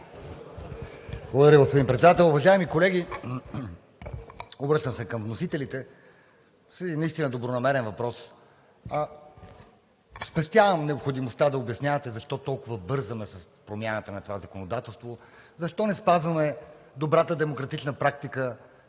Благодаря, господин Председател.